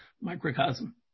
microcosm